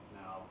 now